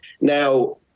Now